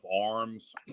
arms